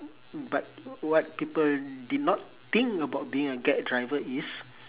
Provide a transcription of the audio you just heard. but what people did not think about being a grab driver is